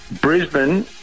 Brisbane